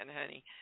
honey